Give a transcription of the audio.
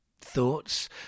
thoughts